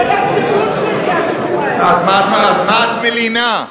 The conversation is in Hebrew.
אז מה את מלינה?